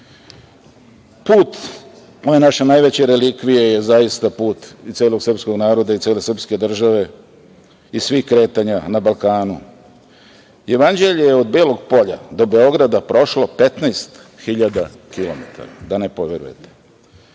ove naše najveće relikvije je zaista put i celog srpskog naroda i cele srpske države i svih kretanja na Balkanu. Jevanđelje je od Belog Polja do Beograda prošlo 15 hiljada kilometara, da ne poverujete.